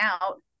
out